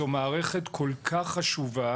זו מערכת כל כך חשובה.